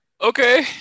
Okay